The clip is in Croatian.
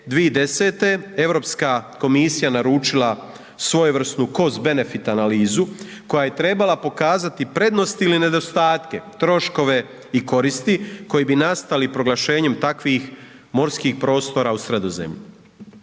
Europska komisija naručila svojevrsnu Cost benefit analizu koja je trebala pokazati prednost ili nedostatke, troškove i koristi koji bi nastali proglašenjem takvih morskih prostora u Sredozemlju.